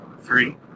Three